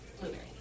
blueberry